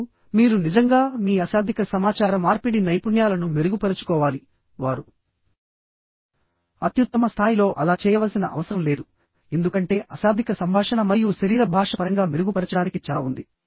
ఇప్పుడు మీరు నిజంగా మీ అశాబ్దిక సమాచార మార్పిడి నైపుణ్యాలను మెరుగుపరచుకోవాలి వారు అత్యుత్తమ స్థాయిలో అలా చేయవలసిన అవసరం లేదుఎందుకంటే అశాబ్దిక సంభాషణ మరియు శరీర భాష పరంగా మెరుగుపరచడానికి చాలా ఉంది